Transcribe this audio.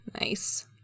Nice